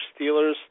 Steelers